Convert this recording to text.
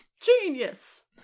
Genius